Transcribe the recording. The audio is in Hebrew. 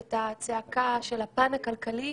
את הצעקה של הפן הכלכלי,